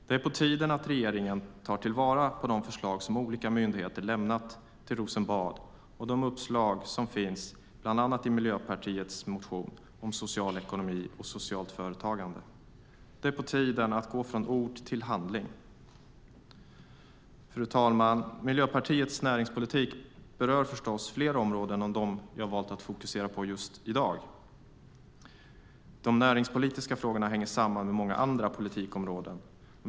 Det är på tiden att regeringen tar vara på de förslag som olika myndigheter lämnat till Rosenbad och de uppslag som finns i bland annat Miljöpartiets motion om social ekonomi och socialt företagande. Det är på tiden att gå från ord till handling. Fru talman! Miljöpartiets näringspolitik berör förstås fler områden än de som jag har valt att fokusera på i dag. De näringspolitiska frågorna hänger samman med många andra politikområden.